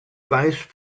vice